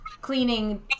cleaning